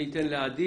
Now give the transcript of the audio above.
אני אתן לעדי